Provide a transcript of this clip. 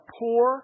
poor